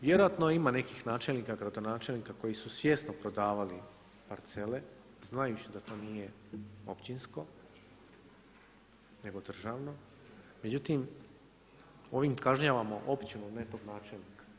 Vjerojatno ima nekih načelnika, gradonačelnika koji su svjesno prodavali parcele, znajući da to nije općinsko nego državo, međutim, ovim kažnjavamo općinu, a ne tog načelnika.